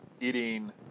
eating